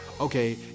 okay